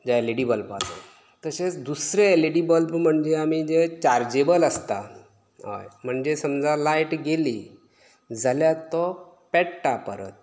जो एलइडी बल्बाचो तशेंच दुसरें एलइडी बल्ब म्हणजे आमी जे चार्जेबल आसता हय म्हणजे समजा लायट गेली जाल्यार तो पेट्टा परत